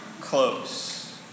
close